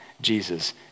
Jesus